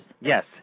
Yes